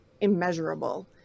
immeasurable